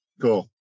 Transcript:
cool